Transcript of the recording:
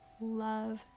love